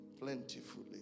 plentifully